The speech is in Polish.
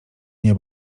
nie